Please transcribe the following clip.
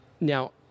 now